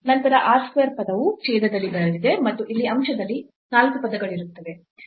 ನಂತರ r square ಪದವು ಛೇದದಲ್ಲಿ ಬರಲಿದೆ ಮತ್ತು ಇಲ್ಲಿ ಅಂಶದಲ್ಲಿ 4 ಪದಗಳಿರುತ್ತವೆ